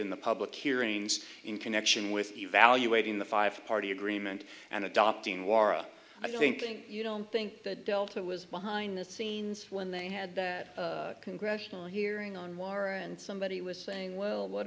in the public hearings in connection with evaluating the five party agreement and adopting wara i think you don't think the delta was behind the scenes when they had the congressional hearing on water and somebody was saying well what